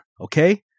okay